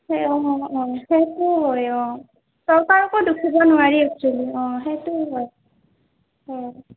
অঁ সেইটোও হয় অঁ চৰকাৰকো দুখিব নোৱাৰি একচুৱেলি অঁ সেইটোও হয় অঁ